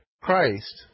Christ